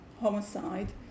homicide